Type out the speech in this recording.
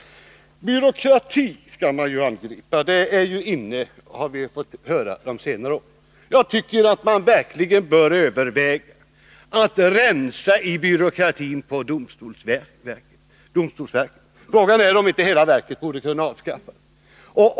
Detta är ett bra besparingsobjekt inom rättshjälpen. Det har under senare år blivit inne att angripa byråkratin. Jag tycker att man verkligen bör överväga att rensa i byråkratin på domstolsverket. Frågan är om inte hela verket borde avskaffas.